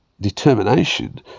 determination